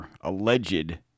alleged